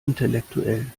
intellektuell